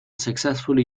successfully